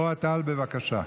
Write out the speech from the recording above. אוהד טל, בבקשה.